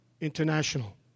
International